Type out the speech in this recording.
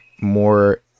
more